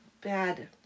bad